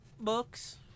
books